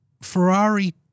ferrari